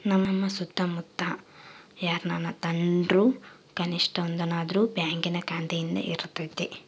ನಮ್ಮ ಸುತ್ತಮುತ್ತ ಯಾರನನ ತಾಂಡ್ರು ಕನಿಷ್ಟ ಒಂದನಾದ್ರು ಬ್ಯಾಂಕಿನ ಖಾತೆಯಿದ್ದೇ ಇರರ್ತತೆ